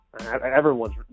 Everyone's